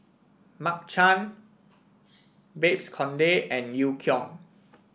Mark Chan Babes Conde and Eu Kong